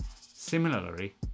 Similarly